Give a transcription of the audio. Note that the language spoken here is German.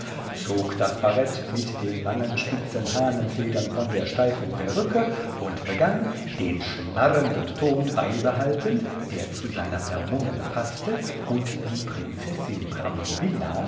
zog das barett mit den langen spitzen hahnenfedern von der steifen perücke und begann den schnarrenden ton beibehaltend der zu seiner vermummung paßte und die prinzessin